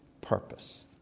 purpose